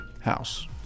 house